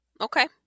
Okay